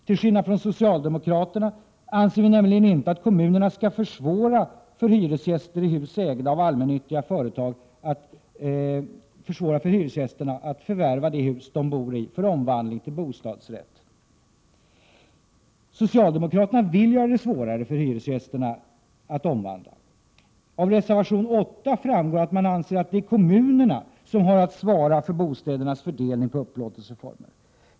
Till skillnad från socialdemokraterna anser vi nämligen inte att kommunerna skall försvåra för hyresgäster i hus ägda av allmännyttiga företag att förvärva det hus som de bor i för omvandling till bostadsrätt. Socialdemokraterna vill göra det svårare för hyresgästerna att omvandla. Av reservation 8 framgår att man anser att det är kommunerna som har att svara för bostädernas fördelning på upplåtelseformer.